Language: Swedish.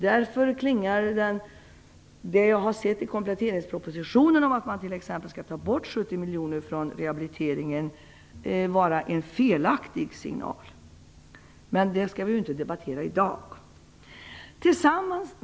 Därför måste det jag har sett i kompletteringspropositionen, att man t.ex. skall ta bort 70 miljoner från rehabiliteringen, vara en felaktig signal. Men det skall vi ju inte debattera i dag.